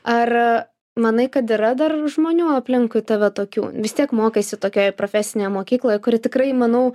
ar manai kad yra dar žmonių aplinkui tave tokių vis tiek mokaisi tokioje profesinėje mokykloje kuri tikrai manau